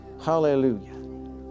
Hallelujah